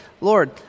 Lord